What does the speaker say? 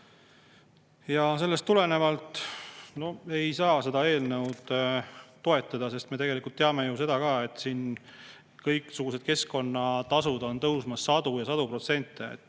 ära. Sellest tulenevalt me ei saa seda eelnõu toetada. Me tegelikult teame ju ka seda, et kõiksugused keskkonnatasud on tõusmas sadu ja sadu protsente.